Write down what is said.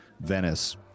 venice